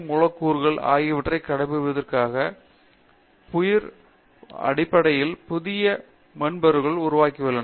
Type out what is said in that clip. மூலக்கூறுகள் ஆகியவற்றைக் கண்டுபிடிப்பதற்காக உயிர் தகவலியல் அடிப்படையில் புதிய மென்பொருளை உருவாக்குகின்றனர்